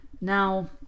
Now